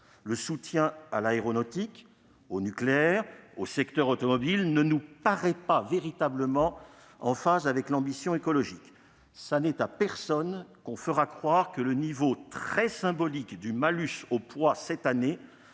Le soutien à l'aéronautique, au nucléaire, au secteur automobile ne nous parait pas véritablement en phase avec l'ambition écologique. On ne fera croire à personne que le niveau très symbolique du malus au poids cette année